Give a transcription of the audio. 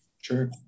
Sure